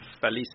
Feliz